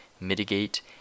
mitigate